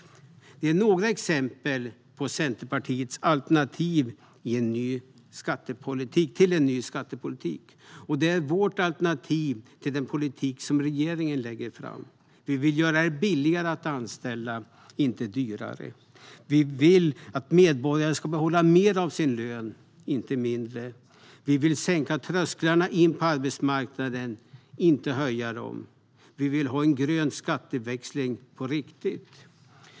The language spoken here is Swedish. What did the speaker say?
Detta är några exempel på Centerpartiets alternativ till en ny skattepolitik. Det är vårt alternativ till den politik som regeringen lägger fram. Vi vill göra det billigare att anställa, inte dyrare. Vi vill att medborgarna ska få behålla mer av sin lön, inte mindre. Vi vill sänka trösklarna in till arbetsmarknaden, inte höja dem. Vi vill ha en grön skatteväxling på riktigt.